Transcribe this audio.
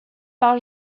par